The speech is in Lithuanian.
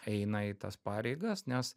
eina į tas pareigas nes